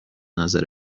نظر